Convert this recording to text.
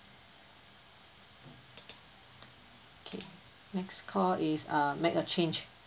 okay next call is err make a change